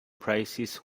prices